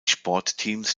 sportteams